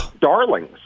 darlings